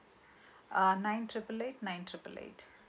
(un) nine triple eight nine triple eight